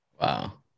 Wow